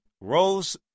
rose